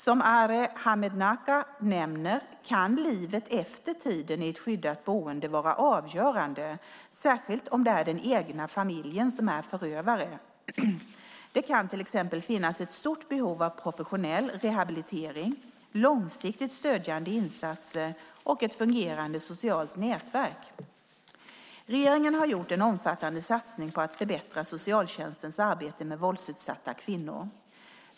Som Arhe Hamednaca nämner kan livet efter tiden i ett skyddat boende vara avgörande, särskilt om det är den egna familjen som är förövare. Det kan till exempel finnas ett stort behov av professionell rehabilitering, långsiktigt stödjande insatser och ett fungerande socialt nätverk. Regeringen har gjort en omfattande satsning på att förbättra socialtjänstens arbete med våldsutsatta kvinnor.